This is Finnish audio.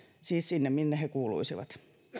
siis sinne minne he kuuluisivat